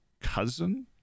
cousin